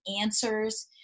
answers